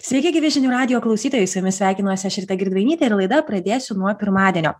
sveiki gyvi žinių radijo klausytojai su jumis sveikinuosi aš rita girdvainytė ir laida pradėsiu nuo pirmadienio